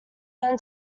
then